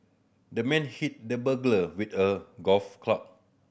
the man hit the burglar with a golf club